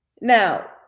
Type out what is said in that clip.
now